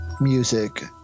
music